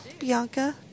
Bianca